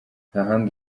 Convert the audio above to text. ahandi